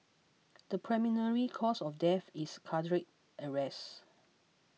the preliminary cause of death is cardiac arrest